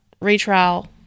retrial